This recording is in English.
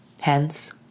Hence